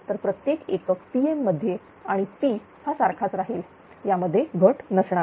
तर प्रत्येक एकक Pm मध्ये आणि P हा सारखाच राहील यामध्ये घट नसणार